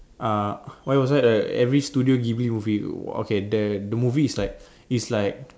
uh every studio Ghibil movie okay there the movie is like is like